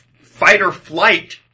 fight-or-flight